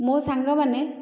ମୋ ସାଙ୍ଗମାନେ